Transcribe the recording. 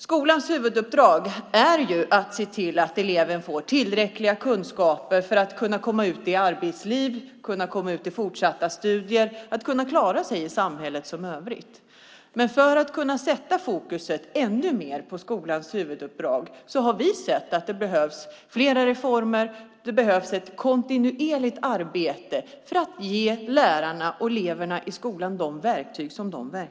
Skolans huvuduppdrag är ju att se till att eleven får tillräckliga kunskaper för att kunna komma ut i arbetsliv, i fortsatta studier och klara sig i samhället. För att kunna sätta fokus ännu mer på skolans huvuduppdrag har vi sett att det behövs fler reformer och ett kontinuerligt arbete för att ge lärarna och eleverna i skolan de verktyg de behöver.